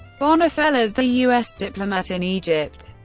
bonner fellers, the us diplomat in egypt,